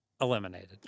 eliminated